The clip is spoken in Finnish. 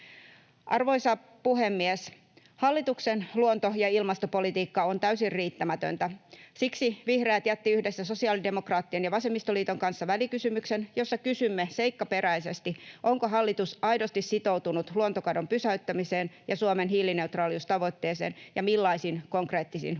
Arvoisa puhemies! Hallituksen luonto- ja ilmastopolitiikka on täysin riittämätöntä. Siksi vihreät jättivät yhdessä sosiaalidemokraattien ja vasemmistoliiton kanssa välikysymyksen, jossa kysymme seikkaperäisesti, onko hallitus aidosti sitoutunut luontokadon pysäyttämiseen ja Suomen hiilineutraaliustavoitteeseen ja millaisin konkreettisin, uskottavin